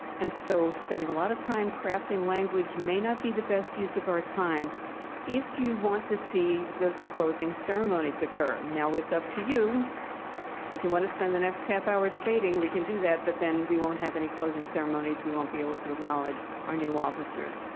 and so spending a lot of time crafting language may not be the best use of our time if you want to see the closing ceremonies occur. now, it's up to you if you want to spend the next half hour debating. we can do that, but then we won't have any closing ceremonies. we won't be able to acknowledge our new officers.